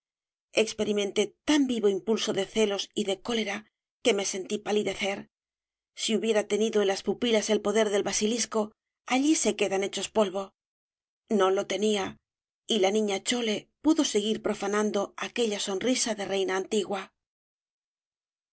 experimenté tan vivo impulso de celos y de cólera que me sentí palidecer si hubiera tenido en las pupilas el poder del basilisco allí se quedan hechos polvo no lo tenía y la niña chole pudo seguir profanando aquella sonrisa de reina antigua